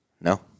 No